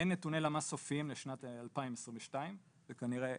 אין נתוני למ"ס סופיים לשנת 2022 זה כנראה